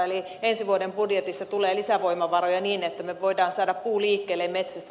eli ensi vuoden budjetissa tulee lisävoimavaroja niin että me voimme saada puun liikkeelle metsästä